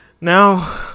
Now